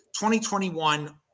2021